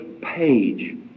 page